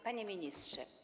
Panie Ministrze!